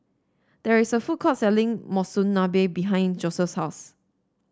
there is a food court selling Monsunabe behind Joeseph's house